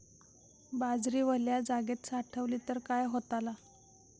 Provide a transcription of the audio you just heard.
बाजरी वल्या जागेत साठवली तर काय होताला?